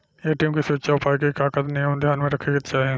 ATM के सुरक्षा उपाय के का का नियम ध्यान में रखे के चाहीं?